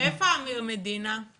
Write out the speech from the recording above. איפה אמיר מדינה,